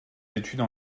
études